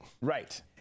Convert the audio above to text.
Right